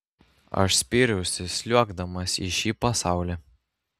aš spyriausi sliuogdamas į šį pasaulį